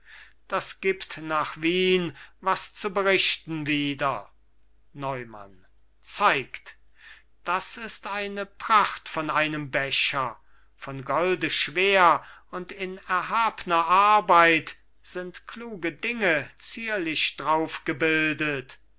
das gibt nach wien was zu berichten wieder neumann zeigt das ist eine pracht von einem becher von golde schwer und in erhabner arbeit sind kluge dinge zierlich drauf gebildet